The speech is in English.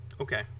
Okay